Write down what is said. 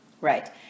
Right